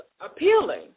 appealing